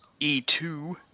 E2